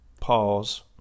pause